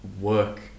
work